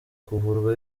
kuvurwa